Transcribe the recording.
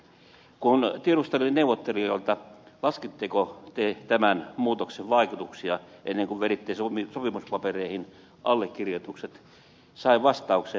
kun tiedustelin neuvottelijoilta laskitteko te tämän muutoksen vaikutuksia ennen kuin veditte sopimuspapereihin allekirjoitukset sain vastauksen